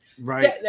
right